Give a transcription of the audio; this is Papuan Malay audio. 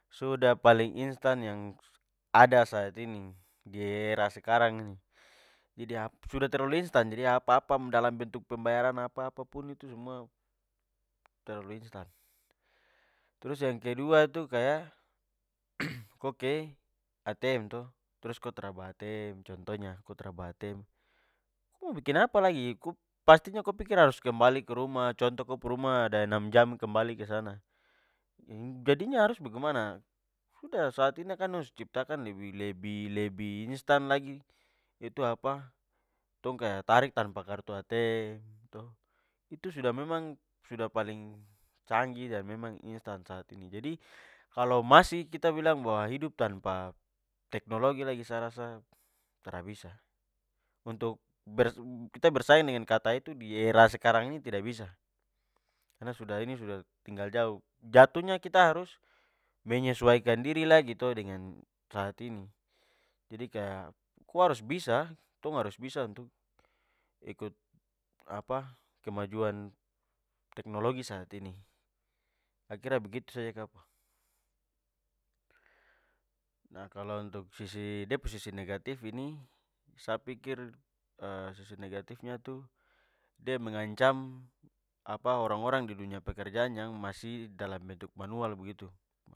Sudah paling instan yang ada saat ini, di era sekarang ini. Jadi sudah terlalu instan jadi apa-apa dalam bentuk pembayaran apa-apa pun, itu semua terlalu instan. Trus, yang kedua itu kaya ko ke atm to, trus ko tra bawa atm contohnya, ko tra bawa atm, ko mo bikin apa lagi? Ko pastinya ko pikir harus kembali ke rumah, contoh ko pu rumah ada enam jam kembali kesana, jadinya harus bagemana? Sudah, saat ini kan dong sudah ciptakan lebih lebih lebih instan lagi, itu apa tong kaya tarik tanpa kartu atm to. Itu sudah memang sudah paling canggih dan memang instan saat ini. Jadi, kalo masih kita bilang bahwa hidup tanpa teknologi lagi, sa rasa tra bisa! Untuk kita bersaing dengan kata itu di era sekarang ini, tidak bisa! Karna sudah, ini sudah tinggal jauh, jatuhnya kita harus menyesuaikan diri lagi to dengan saat ini. Jadi kaya, ko harus bisa! Tong harus bisa untuk ikut apa kemajuan teknologi saat ini. Sa kira begitu saja kapa! Nah kalo untuk sisi, de pu sisi negatif ini, sa pikir sisi negatifnya tu, de mengancam apa orang-orang di dunia pekerjaan yang masih dalam bentuk manual begitu.